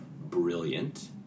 brilliant